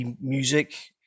music